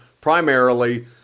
primarily